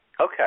Okay